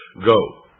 go!